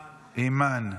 אימאן.